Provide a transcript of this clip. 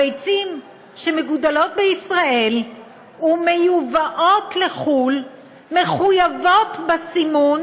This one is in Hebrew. הביצים שמגודלות בישראל ומיוצאות לחו"ל מחויבות בסימון